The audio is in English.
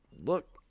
look